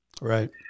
Right